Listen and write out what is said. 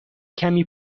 کمی